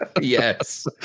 Yes